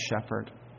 shepherd